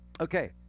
okay